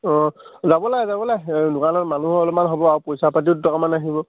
অঁ যাব লাগে যাব লাগে দোকানত মানুহ অলপমান হ'ব আৰু পইচা পাতিও দুটকামান আহিব